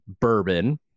bourbon